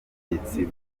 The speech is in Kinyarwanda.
ubutegetsi